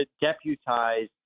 deputize